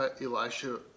Elisha